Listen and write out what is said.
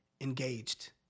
engaged